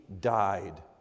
died